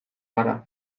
gara